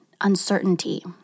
uncertainty